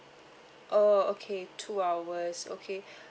oh okay two hours okay